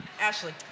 Ashley